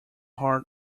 heart